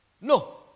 No